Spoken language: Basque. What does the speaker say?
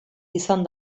izan